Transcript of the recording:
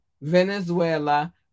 Venezuela